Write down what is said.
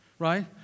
Right